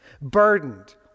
burdened